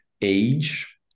age